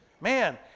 man